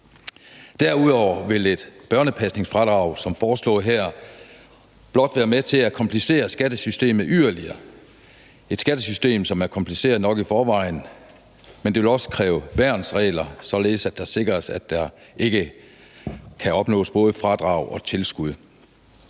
Derudover vil et børnepasningsfradrag som foreslået her blot være med til at komplicere skattesystemet yderligere – et skattesystem, som er kompliceret nok i forvejen. Men det ville også kræve værnsregler, således at det sikres, at der ikke kan opnås både fradrag og tilskud.